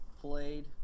played